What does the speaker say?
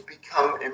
become